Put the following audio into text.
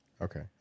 Okay